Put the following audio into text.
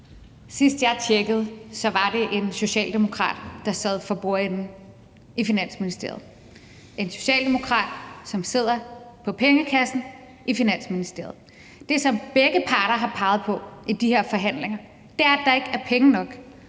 Sidst jeg tjekkede, var det en socialdemokrat, der sad for bordenden i Finansministeriet. Det er en socialdemokrat, som sidder på pengekassen i Finansministeriet. Det, som begge parter har peget på i de her forhandlinger, er, at der ikke er penge nok,